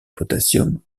potassium